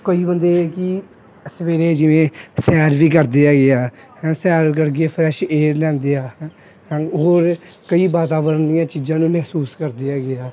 ਕਈ ਬੰਦੇ ਕਿ ਸਵੇਰੇ ਜਿਵੇਂ ਸੈਰ ਵੀ ਕਰਦੇ ਹੈਗੇ ਆ ਸੈਰ ਕਰਕੇ ਫਰੈੱਸ਼ ਏਅਰ ਲੈਂਦੇ ਆ ਹਨ ਹੋਰ ਕਈ ਵਾਤਾਵਰਨ ਦੀਆਂ ਚੀਜ਼ਾਂ ਨੂੰ ਮਹਿਸੂਸ ਕਰਦੇ ਹੈਗੇ ਆ